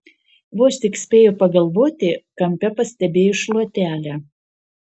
vos tik spėjo pagalvoti kampe pastebėjo šluotelę